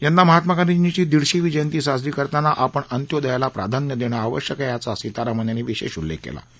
यंदा गांधीजींची दिडशीी जयंती साजरी करताना आपण अंत्योदयाला प्राधान्य दर्षाआवश्यक आहौ याचा सीतारामन यांनी विश्व उल्लखि कळा